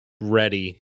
ready